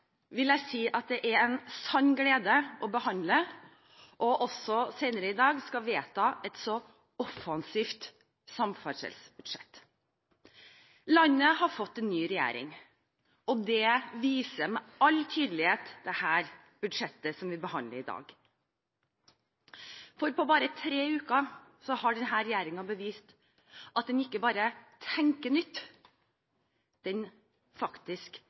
vil jeg si at det er en sann glede å behandle og senere i dag også vedta et så offensivt samferdselsbudsjett. Landet har fått en ny regjering, og det viser med all tydelighet det budsjettet vi behandler i dag. For på bare tre uker har denne regjeringen bevist at den ikke bare tenker nytt, den leverer faktisk